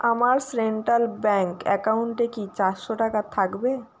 আমার central bank অ্যাকাউন্টে কি চারশো টাকা থাকবে